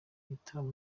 igitaramo